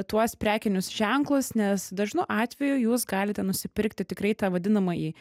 tuos prekinius ženklus nes dažnu atveju jūs galite nusipirkti tikrai tą vadinamąjį